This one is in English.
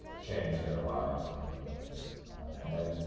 change their lives. and and then,